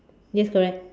yes correct